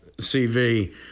CV